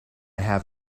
have